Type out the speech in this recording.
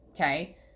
okay